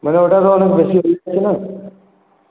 মানে ওটা তো অনেক বেশি না